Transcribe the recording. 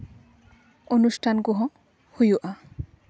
ᱚᱱᱩᱥᱴᱷᱟᱱ ᱠᱚᱦᱚᱸ ᱦᱩᱭᱩᱜᱼᱟ